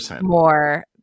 more